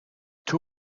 two